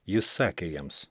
jis sakė jiems